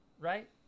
right